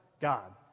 God